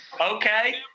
Okay